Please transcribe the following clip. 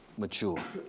mature